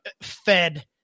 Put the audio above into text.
fed